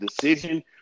decision